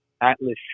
Atlas